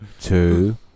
two